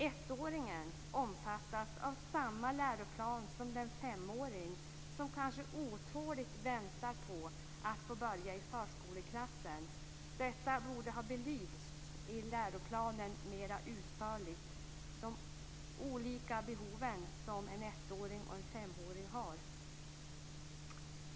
Ettåringen omfattas av samma läroplan som den femåring som kanske otåligt väntar på att få börja i förskoleklassen. De olika behov som en ettåring och en femåring har borde ha belysts mer utförligt i läroplanen.